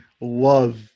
love